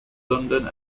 london